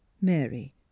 Mary